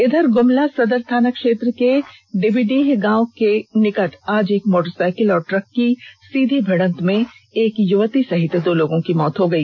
इधर गुमला सदर थाना क्षेत्र के डेवीडीह गांव के निकट आज एक मोटरसाइकिल और ट्रक की सीधी भिड़त में एक युवती सहित दो लोगों की मौत हो गई